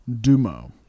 dumo